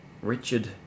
Richard